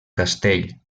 castell